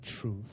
truth